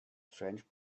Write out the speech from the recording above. strange